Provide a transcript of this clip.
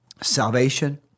salvation